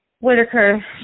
Whitaker